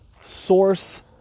Source